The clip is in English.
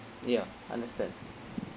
ya understand